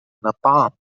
الطعام